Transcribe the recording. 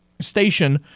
Station